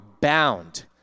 bound